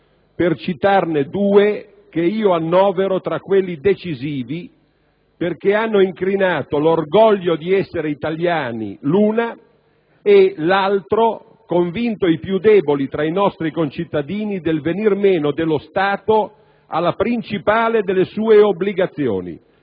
errori che io annovero tra quelli decisivi, perché l'una ha incrinato l'orgoglio di essere italiani, mentre l'altro ha convinto i più deboli tra i nostri concittadini del venir meno dello Stato alla principale delle sue obbligazioni: